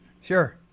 Sure